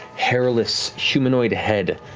hairless, humanoid head,